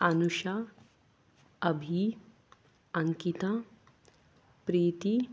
Anusha Abhi Ankita Preethi